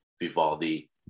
Vivaldi